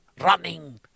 running